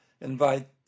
invite